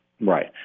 Right